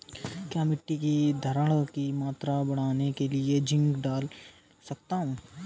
क्या मिट्टी की धरण की मात्रा बढ़ाने के लिए जिंक डाल सकता हूँ?